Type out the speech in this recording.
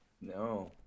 no